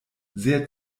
sehr